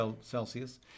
Celsius